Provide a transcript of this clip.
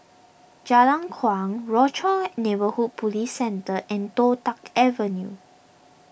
Jalan Kuang Rochor Neighborhood Police Centre and Toh Tuck Avenue